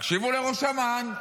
תקשיבו לראש אמ"ן.